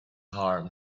arm